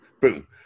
boom